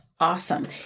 awesome